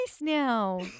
now